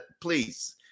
Please